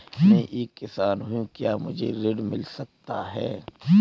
मैं एक किसान हूँ क्या मुझे ऋण मिल सकता है?